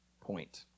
Point